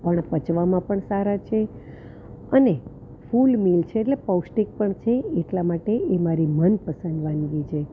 પણ પચવામાં પણ સારા છે અને ફૂલ મિલ છે એટલે પૌષ્ટિક પણ છે એટલા માટે એ મારી મનપસંદ વાનગી છે